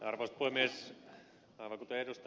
aivan kuten ed